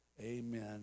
Amen